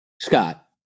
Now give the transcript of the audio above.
Scott